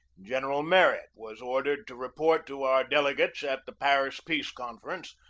general merritt was ordered to report to our delegates at the paris peace confer ence,